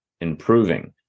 improving